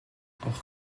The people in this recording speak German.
auch